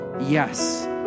Yes